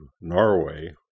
Norway